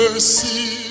Mercy